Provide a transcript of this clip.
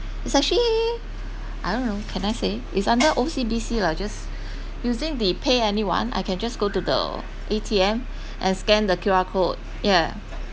it's actually I don't know can I say is under O_C_B_C lah just using the Pay Anyone I can just go to the A_T_M and scan the Q_R code yeah